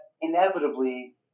inevitably